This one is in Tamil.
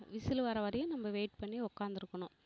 விசிலு வர வரையும் நம்ம வெயிட் பண்ணி உக்காந்துருக்கணும்